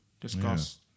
discuss